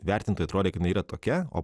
vertintojui atrodė kad yra tokia o